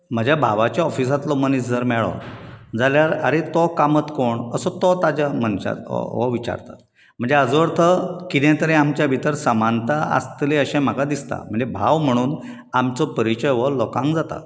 म्हज्या भावाच्या ऑफीसांतलो मनीस जर मेळ्ळो जाल्यार आरे तो कामत कोण असो तो ताच्या मनशाक हो विचारता म्हणजे हाचो अर्थ कितें तरी आमच्या भितर समानता आसतली अशें म्हाका दिसता म्हणजे भाव म्हणून आमचो परिचय हो लोकांक जाता